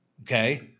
Okay